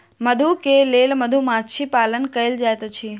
मधु के लेल मधुमाछी पालन कएल जाइत अछि